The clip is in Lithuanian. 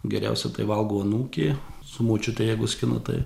geriausia tai valgo anūkė su močiute jeigu skina tai